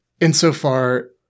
insofar